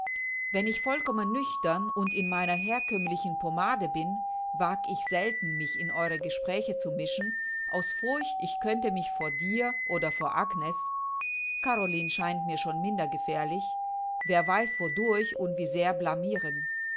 wenn ich vollkommen nüchtern und in meiner herkömmlichen pomade bin wag ich selten mich in eure gespräche zu mischen aus furcht ich könnte mich vor dir oder vor agnes caroline scheint mir schon minder gefährlich wer weiß wodurch und wie sehr blamiren